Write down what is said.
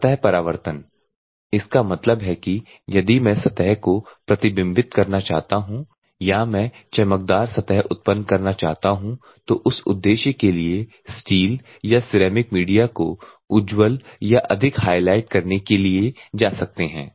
सतह परावर्तन इसका मतलब है कि अगर मैं सतह को प्रतिबिंबित करना चाहता हूं या मैं चमकदार सतह उत्पन्न करना चाहता हूं तो उस उद्देश्य के लिए स्टील या सिरेमिक मीडिया को उज्ज्वल या अधिक हाइलाइट करने के लिए जा सकते हैं